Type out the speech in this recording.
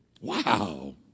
Wow